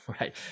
right